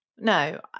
No